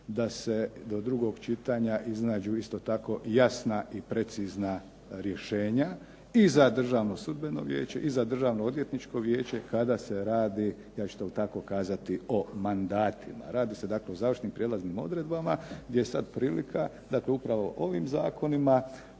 da se do drugog čitanja iznađu isto tako jasna i precizna rješenja i za Državno sudbeno vijeće i za Državno odvjetničko vijeće ja ću to tako kazati kada se radi o mandatima. Radi se o prijelaznim i završnim odredbama gdje je sada prilika da se upravo ovim zakonima